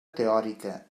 teòrica